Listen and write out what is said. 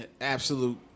absolute